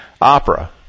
Opera